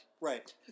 Right